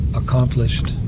accomplished